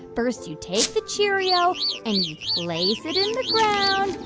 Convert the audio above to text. first, you take the cheerio and you place it in the ground.